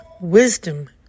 wisdom